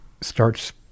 starts